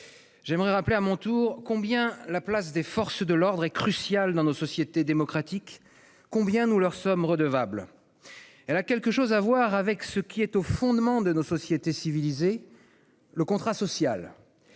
j'aimerais à mon tour rappeler combien la place des forces de l'ordre est cruciale dans nos sociétés démocratiques, combien nous leur sommes redevables. Cette place a quelque chose à voir avec ce qui est au fondement de nos sociétés civilisées : le contrat social,